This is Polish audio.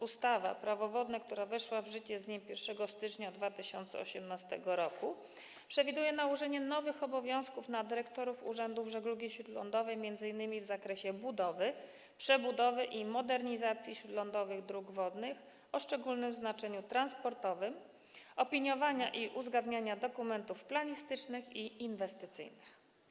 Ustawa Prawo wodne, która weszła w życie z dniem 1 stycznia 2018 r., przewiduje nałożenie nowych obowiązków na dyrektorów urzędów żeglugi śródlądowej m.in. w zakresie budowy, przebudowy i modernizacji śródlądowych dróg wodnych o szczególnym znaczeniu transportowym, opiniowania i uzgadniania dokumentów planistycznych i inwestycyjnych.